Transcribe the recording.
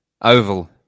Oval